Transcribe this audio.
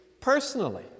personally